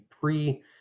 pre